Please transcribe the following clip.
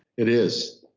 it is.